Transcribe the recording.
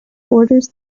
orders